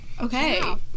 okay